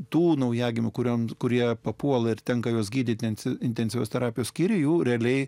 tų naujagimių kurioms kurie papuola ir tenka juos gydyti intensyvios terapijos skyriuje jų realiai